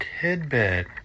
Tidbit